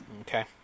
Okay